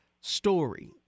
story